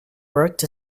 worked